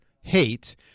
hate